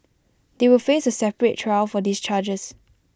they will face A separate trial for these charges